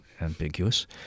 ambiguous